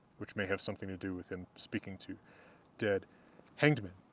which may have something to do with him speaking to dead hanged men.